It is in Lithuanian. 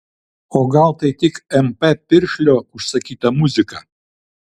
o gal tai tik mp piršlio užsakyta muzika